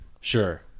Sure